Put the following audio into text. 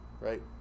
right